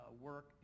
work